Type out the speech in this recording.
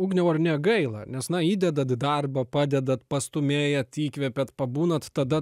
ugniau ar negaila nes na įdedat darbą padedat pastūmėjat įkvepiat pabūnat tada